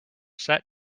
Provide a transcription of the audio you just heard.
set